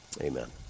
Amen